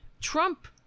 Trump